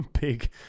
big